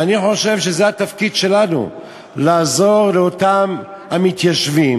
ואני חושב שזה התפקיד שלנו לעזור לאותם המתיישבים,